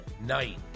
night